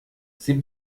sie